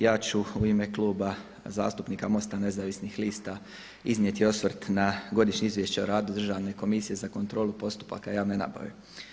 Ja ću u ime Kluba zastupnika Mosta nezavisnih lista iznijeti osvrt na Godišnje izvješće o radu Državne komisije za kontrolu postupaka javne nabave.